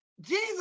Jesus